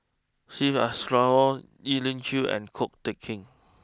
Syed Alsagoff Elim Chew and Ko Teck Kin